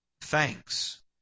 thanks